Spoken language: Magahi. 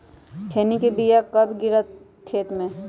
खैनी के बिया कब गिराइये खेत मे?